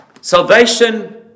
Salvation